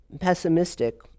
pessimistic